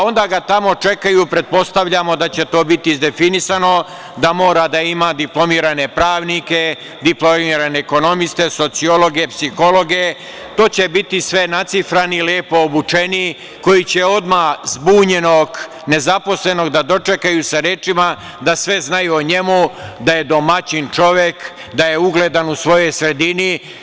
Onda ga tamo čekaju, pretpostavljamo da će to biti izdefinisano, da mora da ima diplomirane pravnike, diplomirane ekonomiste, sociologe, psihologe, to će biti sve nacifrani, lepo obučeni, koji će odmah zbunjenog, nezaposlenog da dočekaju sa rečima da sve znaju o njemu, da je domaćin čovek, da je ugledan u svojoj sredini.